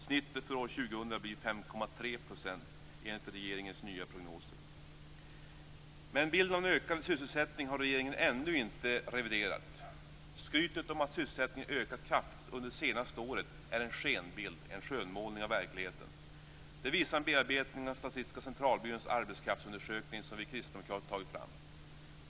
Snittet för år Men bilden av den ökande sysselsättningen har regeringen ännu inte reviderat. Skrytet om att sysselsättningen ökat kraftigt under det senaste året är en skenbild, en skönmålning av verkligheten. Det visar en bearbetning av Statistiska centralbyråns arbetskraftsundersökning som vi kristdemokrater tagit fram.